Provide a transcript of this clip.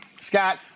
Scott